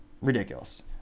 Ridiculous